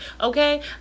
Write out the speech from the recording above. Okay